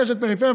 את אשת פריפריה,